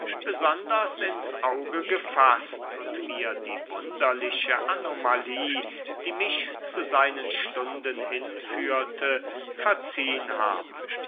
besonders ins auge gefaßt und mir die wunderliche anomalie die mich zu seinen stunden hinführte verziehn haben